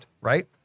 right